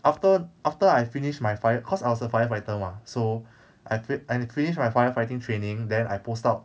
after after I finish my fire cause I was a firefighter mah so I fi~ I finished my firefighting training then I post out